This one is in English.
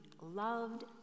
loved